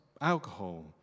alcohol